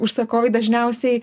užsakovai dažniausiai